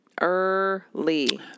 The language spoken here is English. Early